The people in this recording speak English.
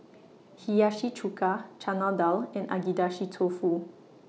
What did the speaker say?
Hiyashi Chuka Chana Dal and Agedashi Dofu